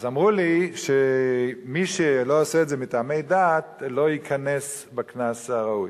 אז אמרו לי שמי שלא עושה את זה מטעמי דת לא ייקנס בקנס הראוי.